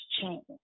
change